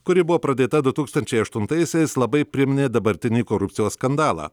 kuri buvo pradėta du tūkstančiai aštuntaisiais labai priminė dabartinį korupcijos skandalą